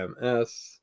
MS